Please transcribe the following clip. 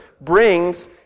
brings